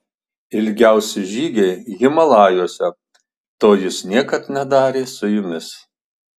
ilgiausi žygiai himalajuose to jis niekad nedarė su jumis